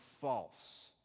false